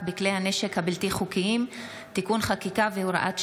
בכלי הנשק הבלתי-חוקיים (תיקון חקיקה והוראת שעה),